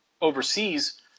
overseas